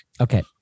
Okay